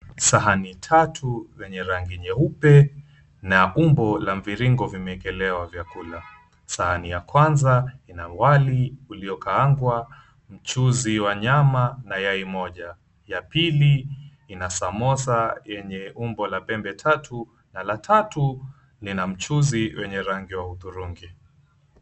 Sahani tatu vyenye rangi nyeupe na umbo la mviringo vimeekelewa vyakula. Sahani ya kwanza ina wali uliokaangwa, mchuzi wa nyama na yai moja. Ya pili ina samosa yenye umbo la pembetatu na la tatu, lina mchuzi wenye rangi wa hudhurungi.